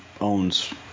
owns